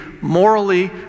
morally